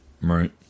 Right